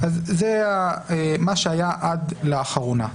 זה מה שהיה עד לאחרונה.